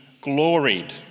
gloried